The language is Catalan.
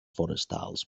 forestals